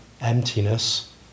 emptiness